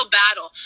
battle